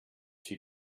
she